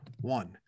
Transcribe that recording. One